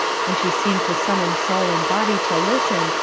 and she seemed to summon soul and body to listen,